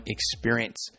Experience